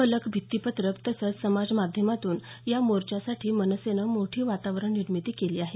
फलक भित्ती पत्रकं तसंच समाज माध्यमांतून या मोर्चासाठी मनसेनं मोठी वातावरण निर्मीती केली आहे